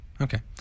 okay